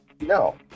no